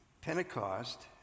Pentecost